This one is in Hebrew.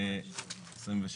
2025,